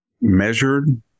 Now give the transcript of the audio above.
measured